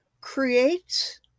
creates